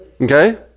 Okay